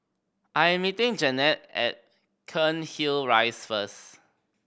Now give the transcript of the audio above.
I am meeting Janet at Cairnhill Rise first